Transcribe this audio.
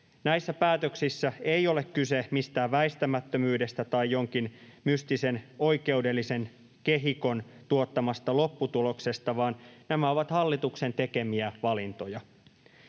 Näissä päätöksissä ei ole kyse mistään väistämättömyydestä tai jonkin mystisen oikeudellisen kehikon tuottamasta lopputuloksesta, vaan nämä ovat hallituksen tekemiä valintoja.